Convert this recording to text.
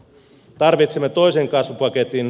tarvitsemme toisen kasvupaketin